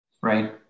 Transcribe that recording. Right